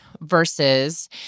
versus